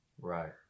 Right